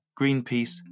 Greenpeace